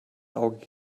auge